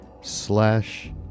slash